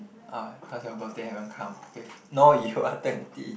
ah cause your birthday haven't come if no you are twenty